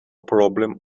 problem